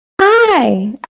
Hi